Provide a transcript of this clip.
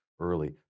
early